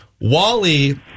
Wally